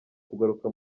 kugaruka